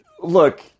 look